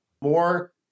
more